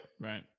Right